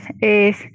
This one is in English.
es